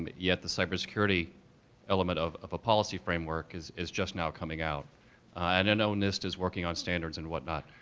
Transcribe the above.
yet the cyber security element of of a policy framework is is just now coming out. and i and know nist is working on standards and whatnot,